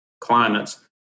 climates